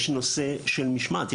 יש נושא של משמעת,